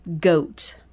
goat